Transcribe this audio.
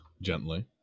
gently